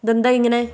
ഇതെന്താണ് ഇങ്ങനെ